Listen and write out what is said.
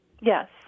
Yes